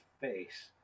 face